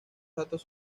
datos